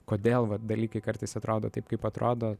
kodėl va dalykai kartais atrodo taip kaip atrodo